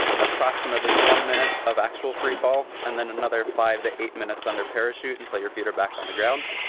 approximately one minute of actual freefall and then another five to eight minutes under parachute until your feet are back on the ground.